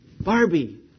Barbie